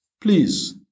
Please